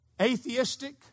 atheistic